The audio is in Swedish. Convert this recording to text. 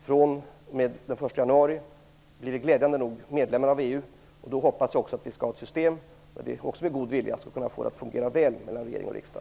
Den 1 januari blir vi glädjande nog medlemmar av EU. Då hoppas jag att vi skall ha ett system som med god vilja skall göra så att det fungerar väl mellan regering och riksdag.